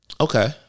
Okay